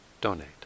donate